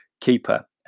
keeper